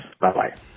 Bye-bye